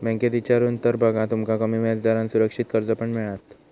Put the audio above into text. बँकेत इचारून तर बघा, तुमका कमी व्याजदरात सुरक्षित कर्ज पण मिळात